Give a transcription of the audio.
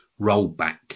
rollback